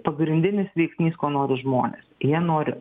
pagrindinis veiksnys ko nors žmonės jie nori